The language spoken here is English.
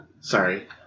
Sorry